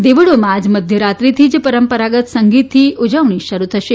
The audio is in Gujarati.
દેવળોમાં આજ મધ્યરાત્રીથી જ પરંપરાગત સંગીતથી ઉજવણી શરૂ થશે